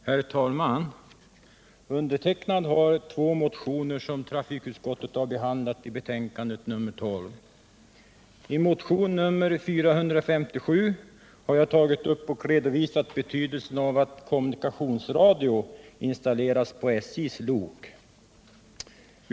Herr talman! Jag har två motioner som trafikutskottet behandlat i betänkandet nr 12. I motion nr 457 har jag tagit upp och redovisat betydelsen av att kommunikationsradio installeras på SJ:s lok.